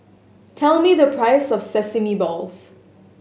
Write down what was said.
tell me the price of sesame balls